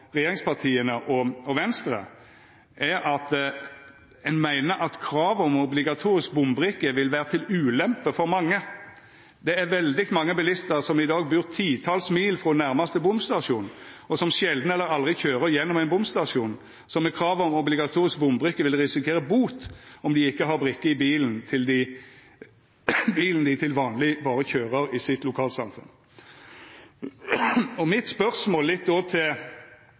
regjeringspartia og Venstre, er at ein meiner at: krav om obligatorisk bombrikke vil være til ulempe for mange. Det er veldig mange bilister som i dag bor titalls mil fra nærmeste bomstasjon, og som sjelden eller aldri kjører gjennom en bomstasjon, som med krav om obligatorisk bombrikke vil risikere bot om de ikke har brikke i bilen de til vanlig bare kjører i sitt lokalsamfunn.» Då har eg eit spørsmål til Høgre, Framstegspartiet og Venstre: Viss ein legg opp til